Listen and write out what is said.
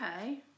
Okay